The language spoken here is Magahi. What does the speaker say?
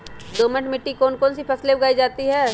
दोमट मिट्टी कौन कौन सी फसलें उगाई जाती है?